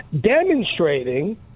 demonstrating